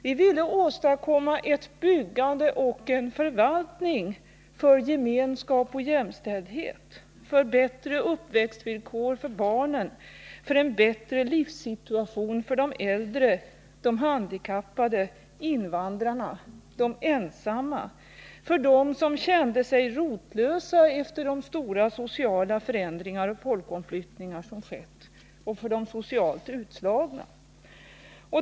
Vi ville åstadkomma ett byggande och en förvaltning för gemenskap och jämställdhet, för bättre uppväxtvillkor för barnen, för en bättre livssituation för de äldre, för de handikappade, för invandrarna, för de ensamma, för dem som kände sig rotlösa efter de stora sociala förändringar och folkomflyttningar som skett och för de socialt utslagna.